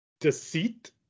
deceit